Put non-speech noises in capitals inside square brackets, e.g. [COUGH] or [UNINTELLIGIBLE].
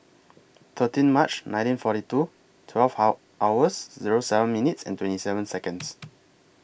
thirteen March nineteen forty two twelve [UNINTELLIGIBLE] hours Zero seven minutes and twenty seven Seconds